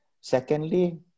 Secondly